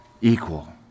equal